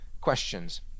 questions